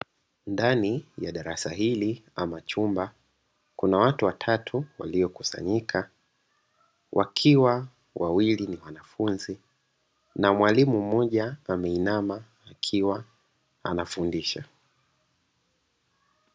Ndani ya darasa hili ama chumba kuna watu watatu waliokusanyika. Wakiwa wawili ni wanafunzi na mwalimu mmoja ameinama akiwa anafundisha.